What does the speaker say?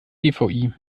dvi